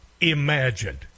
imagined